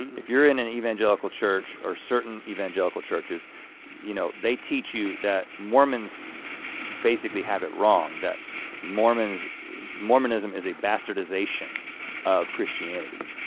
if you're in an evangelical church or certain evangelical churches you know, they teach you that mormons basically have it wrong, that mormonism is a bastardization of christianity,